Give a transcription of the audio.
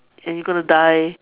and you gonna die